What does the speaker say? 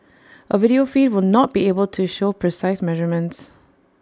A video feed will not be able to show precise measurements